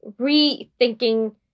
rethinking